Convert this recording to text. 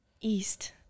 East